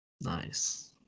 Nice